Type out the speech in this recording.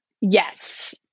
Yes